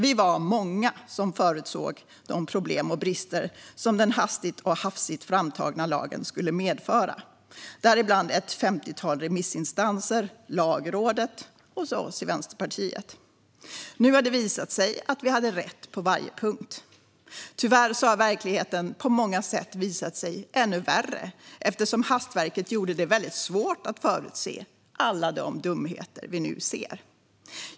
Vi var många som förutsåg de problem och brister som den hastigt och hafsigt framtagna lagen skulle medföra, däribland ett femtiotal remissinstanser, Lagrådet och vi i Vänsterpartiet. Nu har det visat sig att vi hade rätt på varje punkt. Tyvärr har verkligheten på många sätt visat sig ännu värre, eftersom hastverket gjorde det väldigt svårt att förutse alla de dumheter vi nu ser.